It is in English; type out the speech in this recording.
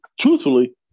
Truthfully